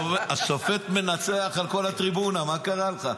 השופט מנצח על כל הטריבונה, מה קרה לך?